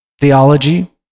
theology